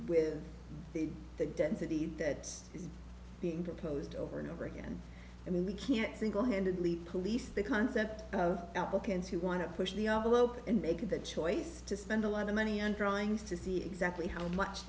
with the density that is being proposed over and over again and we can't singlehandedly police the concept of applicants who want to push the envelope and make the choice to spend a lot of money on drawings to see exactly how much